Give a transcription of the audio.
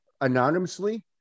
anonymously